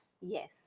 Yes